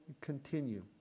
continue